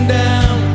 down